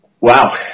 Wow